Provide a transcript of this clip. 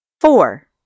Four